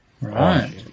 Right